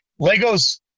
legos